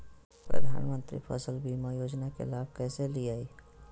प्रधानमंत्री फसल बीमा योजना के लाभ कैसे लिये?